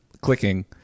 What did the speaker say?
clicking